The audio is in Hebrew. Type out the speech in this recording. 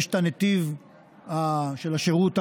יש את הנתיב של השירות הלאומי,